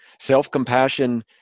Self-compassion